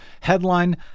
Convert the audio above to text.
Headline